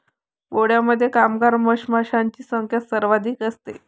पोळ्यामध्ये कामगार मधमाशांची संख्या सर्वाधिक असते